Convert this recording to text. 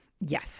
Yes